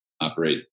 operate